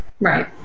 Right